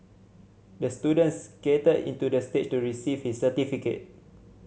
the student skated into the stage to receive his certificate